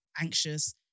Anxious